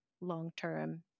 long-term